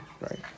right